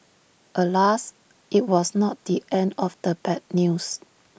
alas IT was not the end of the bad news